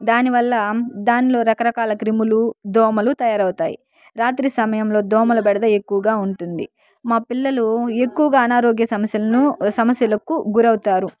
దానివల్ల దానిలో రకరకాల క్రిములు దోమలు తయారవుతాయి రాత్రి సమయంలో దోమలు బెడద ఎక్కువగా ఉంటుంది మా పిల్లలు ఎక్కువగా అనారోగ్య సమస్యలను సమస్యలకు గురవుతారు